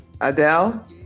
Adele